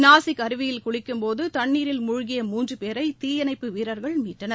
நாசிக் அருவியில் குளிக்கும்போது தண்ணீரில் மூழ்கிய மூன்று பேரை தீயணைப்பு வீரர்கள் மீட்டனர்